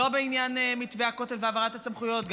ולא בעניין מתווה הכותל והעברת הסמכויות,